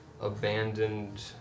abandoned